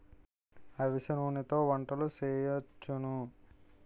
అవిసె నూనెతో వంటలు సేయొచ్చును